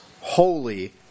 holy